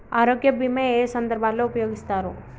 ఆరోగ్య బీమా ఏ ఏ సందర్భంలో ఉపయోగిస్తారు?